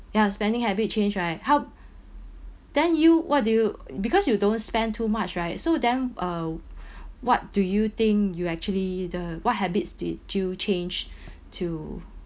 ya spending habits change right how then you what do you because you don't spend too much right so then uh what do you think you actually the what habits did you change to